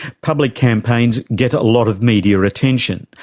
public campaigns get a lot of media attention,